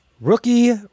Rookie